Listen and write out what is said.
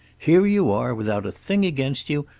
here you are, without a thing against you,